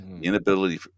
inability